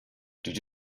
did